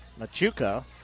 Machuca